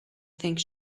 think